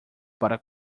para